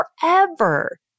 forever